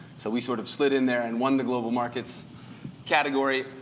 so we sort of slid in there and won the global markets category.